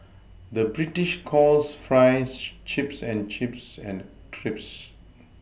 the British calls Fries Chips and Chips and Crisps